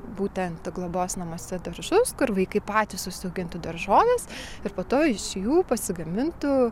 būtent globos namuose daržus kur vaikai patys užsiaugintų daržoves ir po to iš jų pasigamintų